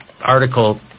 article